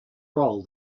role